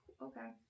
Okay